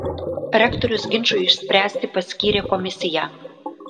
rektorius ginčui išspręsti paskyrė komisiją